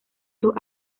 sus